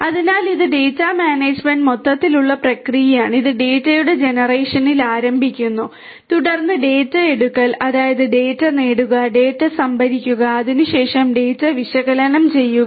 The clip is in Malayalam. അതിനാൽ ഇത് ഡാറ്റ മാനേജ്മെന്റിന്റെ മൊത്തത്തിലുള്ള പ്രക്രിയയാണ് ഇത് ഡാറ്റയുടെ ജനറേഷനിൽ ആരംഭിക്കുന്നു തുടർന്ന് ഡാറ്റ ഏറ്റെടുക്കൽ അതായത് ഡാറ്റ നേടുക ഡാറ്റ സംഭരിക്കുക അതിനുശേഷം ഡാറ്റ വിശകലനം ചെയ്യുക